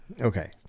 Okay